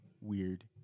weird